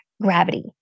gravity